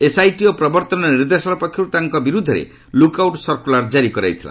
SIT ଓ ପ୍ରବର୍ତ୍ତନ ନିର୍ଦ୍ଦେଶାଳୟ ପକ୍ଷରୁ ତାଙ୍କ ବିରୁଦ୍ଧରେ ଲୁକ୍ ଆଉଟ୍ ସର୍କୁଲାର୍ ଜାରି କରାଯାଇଥିଲା